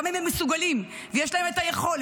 גם אם הם מסוגלים ויש להם את היכולת,